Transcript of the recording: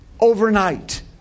overnight